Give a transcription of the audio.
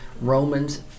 Romans